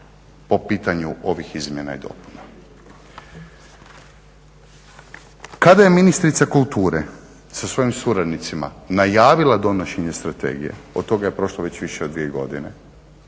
po pitanju ovih izmjena i dopuna. Kada je ministrica kulture sa svojim suradnicima najavila donošenje strategije, od toga je prošlo već više od dvije godine,